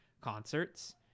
concerts